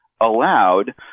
allowed